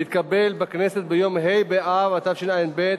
התקבל בכנסת ביום ה' באב התשע"ב,